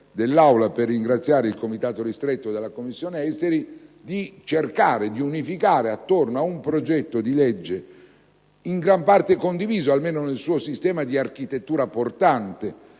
in Aula per ringraziare il Comitato ristretto della Commissione esteri - di unificare intorno ad un progetto di legge in gran parte condiviso, almeno nel suo sistema di architettura portante,